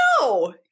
No